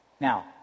Now